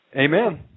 Amen